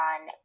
on